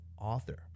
author